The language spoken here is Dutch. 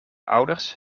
ouders